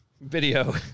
video